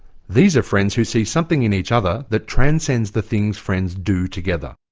these are friends who see something in each other that transcends the things friends do together.